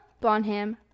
bonham